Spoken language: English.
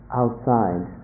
outside